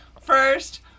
First